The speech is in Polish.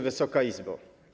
Wysoka Izbo!